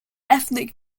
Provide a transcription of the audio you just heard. ethnic